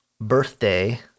birthday